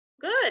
Good